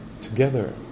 together